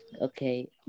Okay